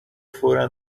فورا